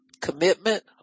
commitment